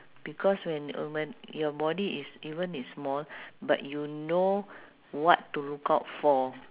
because when uh when your body is even is small but you know what to look out for